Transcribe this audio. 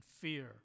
fear